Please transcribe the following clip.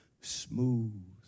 smooth